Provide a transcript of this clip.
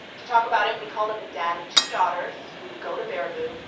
to talk about it, we called up a dad of two daughters who go to baraboo,